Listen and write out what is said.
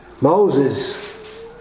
Moses